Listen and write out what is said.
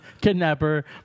kidnapper